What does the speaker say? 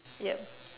yup